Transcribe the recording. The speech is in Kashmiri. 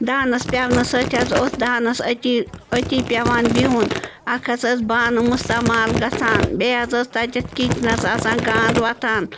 دانَس پٮ۪ونہٕ سۭتۍ حظ اوس دانَس أتی أتی پٮ۪وان بِیٚہُن اَکھ حظ ٲسۍ بانہٕ مُستعمال گژھان بیٚیہِ حظ اوس تَتیٮ۪تھ کِچنَس آسان گانٛد وۄتھان